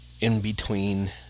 in-between